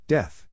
Death